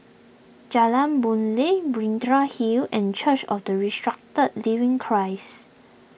Jalan Boon Lay Binjai Hill and Church of the Resurrected Living Christ